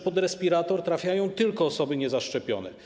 Pod respirator trafiają tylko osoby niezaszczepione.